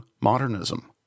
modernism